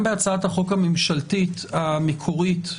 בהצעת החוק הממשלתית המקורית,